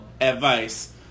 Advice